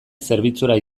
zerbitzura